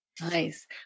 Nice